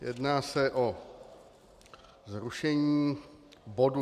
Jedná se o zrušení bodu